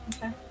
Okay